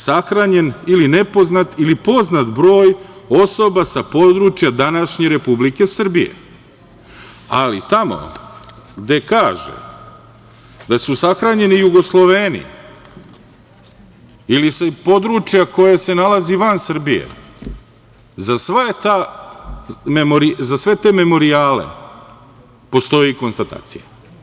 Sahranjen ili nepoznat ili poznat broj osoba sa područja današnje Republike Srbije, ali tamo gde kaže da su sahranjeni Jugosloveni ili sa područja koje se nalazi van Srbije, za sve te memorijale postoji konstatacija.